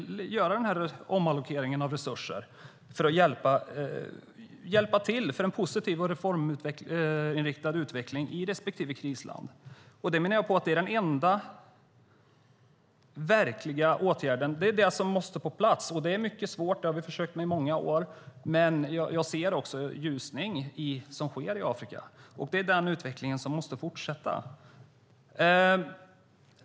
Vi vill göra den här omallokeringen av resurser för att hjälpa till för en positiv och reforminriktad utveckling i respektive krisland. Jag menar på att det är den enda verkliga åtgärden. Det är det som måste på plats, men det är mycket svårt. Vi har försökt med det i många år. Jag ser dock en ljusning i Afrika. Det är den utvecklingen som måste fortsätta.